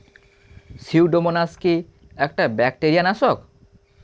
Pseudomonas কি একটা bacteria নাশক?